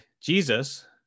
Jesus